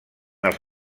els